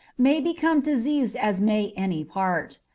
may become diseased as may any part.